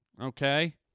okay